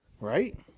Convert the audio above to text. Right